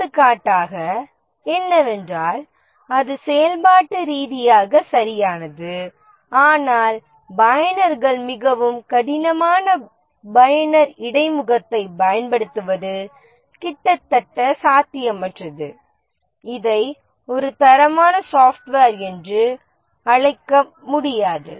எடுத்துக்காட்டாக என்னவென்றால் அது செயல்பாட்டு ரீதியாக சரியானது ஆனால் பயனர்கள் மிகவும் கடினமான பயனர் இடைமுகத்தைப் பயன்படுத்துவது கிட்டத்தட்ட சாத்தியமற்றது இதை ஒரு தரமான சாப்ட்வேர் என்று அழைக்க முடியாது